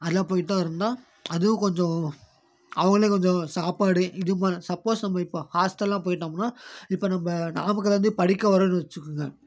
அதலாம் போயிட்டு தான் இருந்தோம் அதுவும் கொஞ்சம் அவங்களே கொஞ்சம் சாப்பாடு இது பண்ண சப்போஸ் நம்ம இப்போ ஹாஸ்டல்லாம் போய்ட்டோம்னா இப்போ நம்ம நாமக்கல்லேருந்தே படிக்க வர்றோம்னு வச்சுக்கோங்க